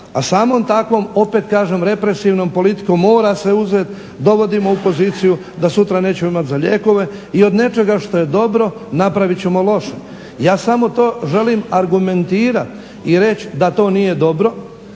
a samo takvom opet kažem represivnom politikom mora se uzeti. Dovodimo u poziciju da sutra nećemo imati za lijekove i od nečega što je dobro napravit ćemo loše. Ja samo to želim argumentirati i reći da to nije dobro